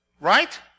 Right